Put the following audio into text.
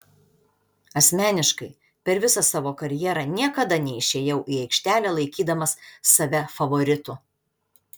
asmeniškai per visą savo karjerą niekada neišėjau į aikštelę laikydamas save favoritu